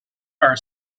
our